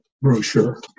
brochure